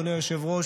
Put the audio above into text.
אדוני היושב-ראש,